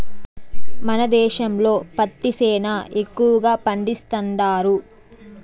మన దేశంలో పత్తి సేనా ఎక్కువగా పండిస్తండారు